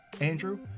Andrew